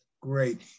Great